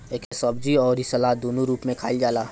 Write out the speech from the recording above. एके सब्जी अउरी सलाद दूनो रूप में खाईल जाला